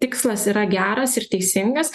tikslas yra geras ir teisingas